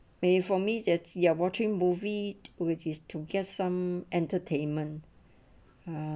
may for me that's you are watching movie which is to get some entertainment ah